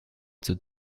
zur